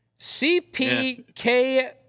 CPK